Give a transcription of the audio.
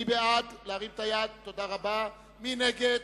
בעד, 57, 34 נגד,